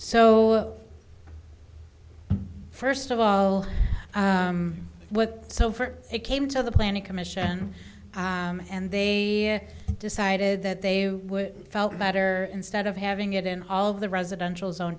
so first of all what they came to the planning commission and they decided that they felt better instead of having it in all of the residential zone